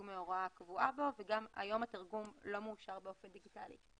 מההוראה הקבועה בו וגם היום התרגום לא מאושר באופן דיגיטלי,